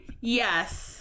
Yes